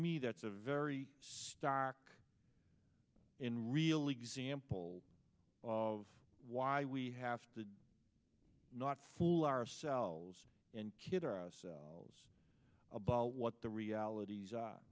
me that's a very stark in real example of why we have to not fool ourselves and kid ourselves about what the realities